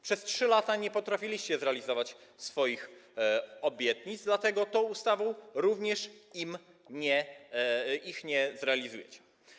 Przez 3 lata nie potrafiliście zrealizować swoich obietnic, dlatego tą ustawą również ich nie zrealizujecie.